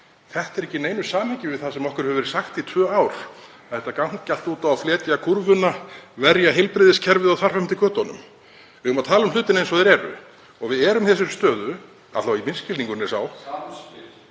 Þetta er ekki í neinu samhengi við það sem okkur hefur verið sagt í tvö ár, að þetta gangi allt út á að fletja kúrfuna, verja heilbrigðiskerfið og þar fram eftir götunum. Við eigum að tala um hlutina eins og þeir eru og við erum í þessari stöðu, alla vega er minn skilningur sá